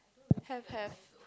have have